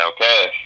Okay